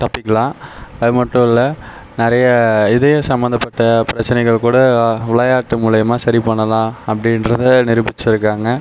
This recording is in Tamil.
தப்பிக்கலாம் அதுமட்டும் இல்லை நிறைய இதயம் சம்பந்தப்பட்ட பிரச்சினைகள் கூட விளையாட்டு மூலிமா சரி பண்ணலாம் அப்படின்றதா நிரூபிச்சுயிருக்காங்க